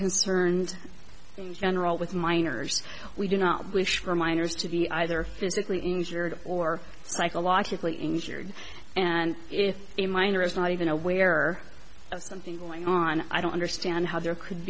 concerned in general with minors we do not wish for minors to be either physically injured or psychologically injured and if a minor is not even aware of something going on i don't understand how there could